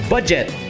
budget